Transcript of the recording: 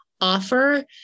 offer